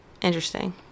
Interesting